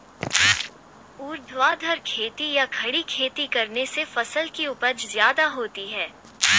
ऊर्ध्वाधर खेती या खड़ी खेती करने से फसल की उपज ज्यादा होती है